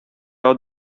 out